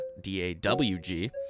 D-A-W-G